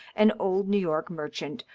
an old new york mer chant,